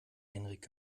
henrik